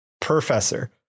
professor